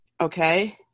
okay